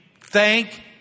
Thank